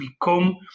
become